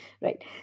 Right